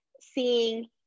seeing